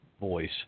voice